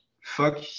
fuck